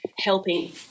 helping